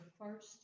first